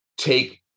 take